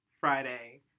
Friday